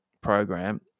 program